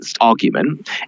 argument